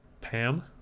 pam